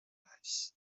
glass